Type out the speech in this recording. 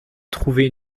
trouver